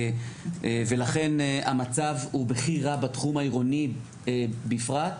ולכן המצב הוא בכי רע בתחום העירוני בפרט,